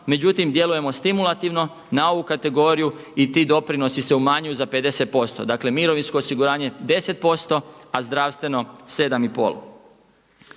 Međutim, djelujemo stimulativno na ovu kategoriju i ti doprinosi se umanjuju za 50%. Dakle, mirovinsko osiguranje 10Ž%, a zdravstveno 7